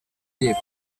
列表